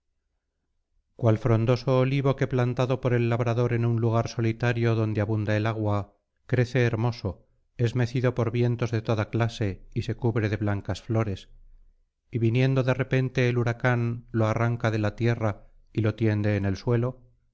cual frondoso olivo que plantado por el labrador en un lugar solitario donde abunda el agua crece hermoso es mecido por vientos de toda clase y se cubre de blancas flores y viniendo de repente el huracán lo arranca de la tierra y lo tiende en el suelo